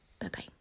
Bye-bye